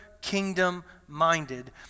kingdom-minded